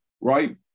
right